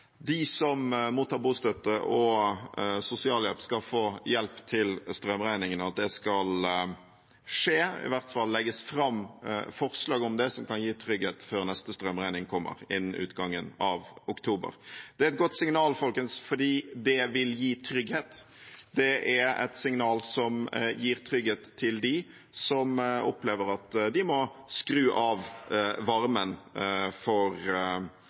de som mottar bostøtte og sosialhjelp, skal få hjelp til strømregningen, og at det skal skje. I hvert fall skal det legges fram forslag om det, noe som kan gi trygghet før neste strømregning kommer innen utgangen av oktober. Det er godt signal, folkens, fordi det vil gi trygghet. Det er et signal som gir trygghet til dem som opplever at de må skru av varmen fordi frykten for